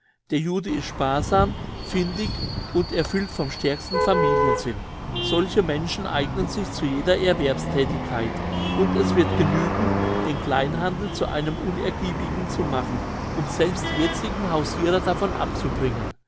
der jude ist sparsam findig und erfüllt vom stärksten familiensinn solche menschen eignen sich zu jeder erwerbsthätigkeit und es wird genügen den kleinhandel zu einem unergiebigen zu machen um selbst die jetzigen hausirer davon abzubringen